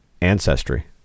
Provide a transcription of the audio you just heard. ancestry